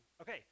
Okay